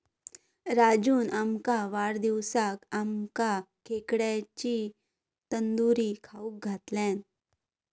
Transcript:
राजून आपल्या वाढदिवसाक आमका खेकड्यांची तंदूरी खाऊक घातल्यान